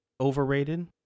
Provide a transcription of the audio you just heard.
overrated